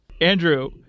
Andrew